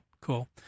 Cool